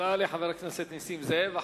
תודה לחבר הכנסת נסים זאב.